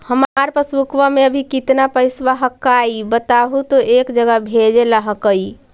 हमार पासबुकवा में अभी कितना पैसावा हक्काई बताहु तो एक जगह भेजेला हक्कई?